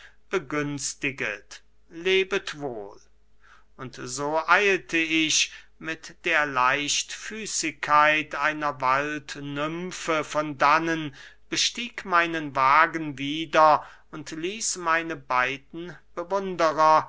begünstiget lebet wohl und so eilte ich mit der leichtfüßigkeit einer waldnymfe von dannen bestieg meinen wagen wieder und ließ meine beiden bewunderer